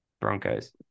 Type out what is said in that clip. Broncos